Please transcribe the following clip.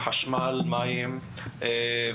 כמו חשמל, מים והסעות.